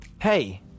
hey